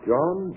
John